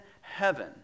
heaven